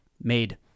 made